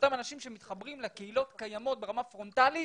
אותם אנשים שמתחברים לקהילות קיימות ברמה פרונטלית,